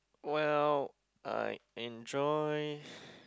well I enjoy